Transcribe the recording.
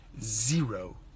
zero